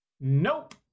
Nope